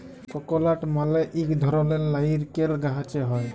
ককলাট মালে ইক ধরলের লাইরকেল গাহাচে হ্যয়